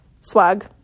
swag